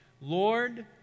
Lord